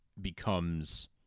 becomes